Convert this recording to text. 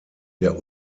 der